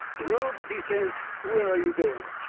rube, he says, where are you going?